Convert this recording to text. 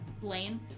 Blaine